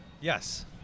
yes